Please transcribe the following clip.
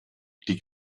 die